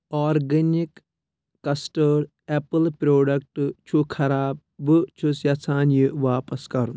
organic custard apple product چُھ خراب بہٕ چھُس یژھان یہِ واپس کرُن